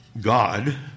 God